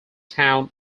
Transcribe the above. town